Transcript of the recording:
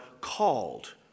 called